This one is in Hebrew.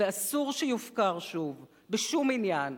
ואסור שיופקר שוב בשום עניין.